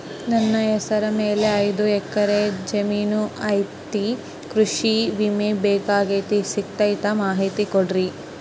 ನನ್ನ ಹೆಸರ ಮ್ಯಾಲೆ ಐದು ಎಕರೆ ಜಮೇನು ಐತಿ ಕೃಷಿ ವಿಮೆ ಬೇಕಾಗೈತಿ ಸಿಗ್ತೈತಾ ಮಾಹಿತಿ ಕೊಡ್ರಿ?